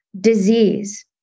disease